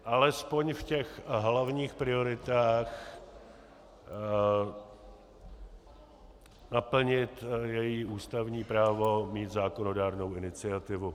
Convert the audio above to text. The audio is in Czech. alespoň v hlavních prioritách naplnit její ústavní právo mít zákonodárnou iniciativu.